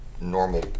normal